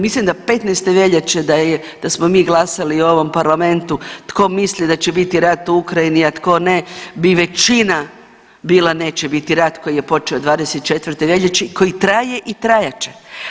Mislim da 15. veljače da smo mi glasali u ovom Parlamentu tko misli da će bit rat u Ukrajini, a tko ne, bi većina bila neće biti rat koji je počeo 24. veljače i koji traje i trajat će.